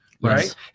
right